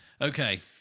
Okay